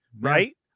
Right